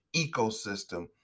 ecosystem